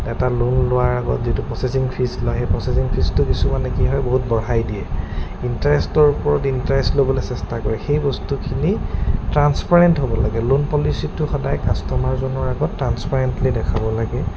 এটা লোন লোৱাৰ আগত যিটো প্ৰচেচিং ফিজ লয় সেই প্ৰচেচিং ফিজটো কিছুমানে কি হয় বহুত বঢ়াই দিয়ে ইণ্টাৰেষ্টৰ ওপৰত ইণ্টাৰেষ্ট ল'বলে চেষ্টা কৰে সেই বস্তুখিনি ট্ৰান্সপৰেণ্ট হ'ব লাগে লোন পলিচিটো সদায় কাষ্টমাৰজনৰ আগত ট্ৰানাসপোৰেণ্টলি দেখাব লাগে